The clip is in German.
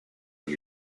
die